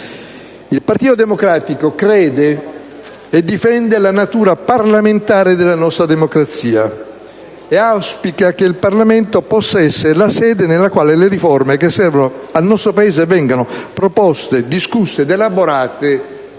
Il Partito Democratico crede e difende la natura parlamentare della nostra democrazia e auspica che il Parlamento possa essere la sede nella quale le riforme che servono al nostro Paese vengono proposte, discusse ed elaborate